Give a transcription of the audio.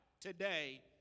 today